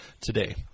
today